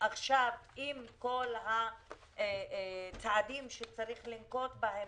עכשיו עם כל הצעדים שצריך לנקוט בהם,